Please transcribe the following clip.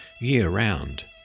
year-round